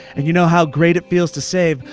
and you know how great it feels to save.